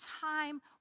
time